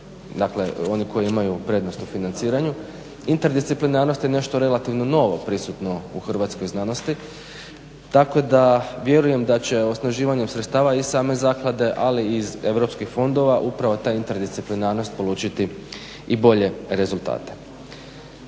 dakle oni koji imaju prednost u financiranju. Interdisciplinarnost je nešto relativno novo prisutno u hrvatskoj znanosti tako da vjerujem da će osnaživanjem sredstava i same zaklade, ali i iz europskih fondova upravo ta interdisciplinarnost polučiti i bolje rezultate.